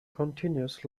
continuous